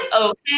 okay